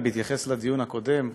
רק בהתייחס לדיון הקודם,